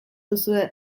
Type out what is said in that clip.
duzue